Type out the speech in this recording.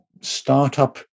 startup